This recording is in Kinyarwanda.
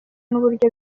n’uburyo